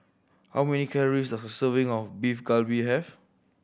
how many calories does a serving of Beef Galbi have